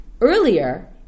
earlier